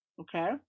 Okay